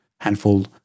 handful